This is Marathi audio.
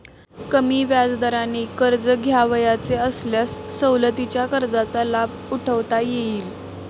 कमी व्याजदराने कर्ज घ्यावयाचे असल्यास सवलतीच्या कर्जाचा लाभ उठवता येईल